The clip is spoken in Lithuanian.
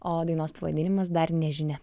o dainos pavadinimas dar nežinia